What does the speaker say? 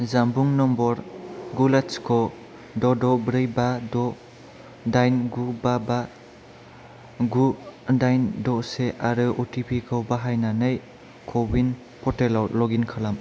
जानबुं नाम्बार गु लाथिख' द' द' ब्रै बा द' दाइन गु बा बा गु दाइन द' से आरो अ टि पि खौ बाहायनानै क'विन पर्टेलाव लग इन खालाम